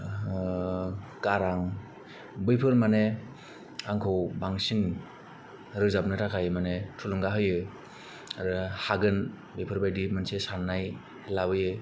ओ गारां बैफोर माने आंखौ बांसिन रोजाबनो थाखाय माने थुलुंगा होयो आरो हागोन बेफोरबायदि मोनसे साननाय लाबोयो